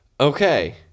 Okay